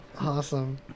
Awesome